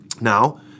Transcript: now